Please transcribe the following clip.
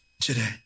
today